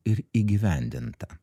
ir įgyvendinta